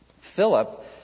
Philip